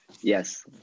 Yes